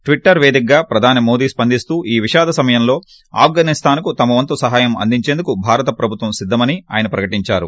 Twitter పేదికగా ప్రధాని మోదీ స్పందిస్తూ ఈ విషాద సమయంలో ఆఫ్ఘనిస్తాన్కు తమవంతు సహాయం అందించేందుకు భారత ప్రభుత్వం సిద్దమని ఆయన ప్రకటించారు